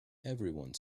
everyone